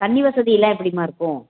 தண்ணி வசதிலாம் எப்படிம்மா இருக்கும்